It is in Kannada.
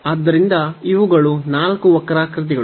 ಆದ್ದರಿಂದ ಇವುಗಳು ನಾಲ್ಕು ವಕ್ರಾಕೃತಿಗಳು